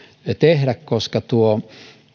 tehdä koska